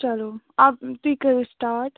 چلو اب تُہۍ کٔرِو سِٹاٹ